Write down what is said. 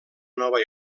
nova